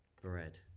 bread